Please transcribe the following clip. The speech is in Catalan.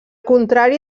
contrari